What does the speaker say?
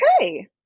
Okay